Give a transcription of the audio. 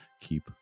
keep